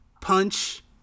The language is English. punch